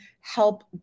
help